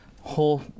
Whole